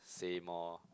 say more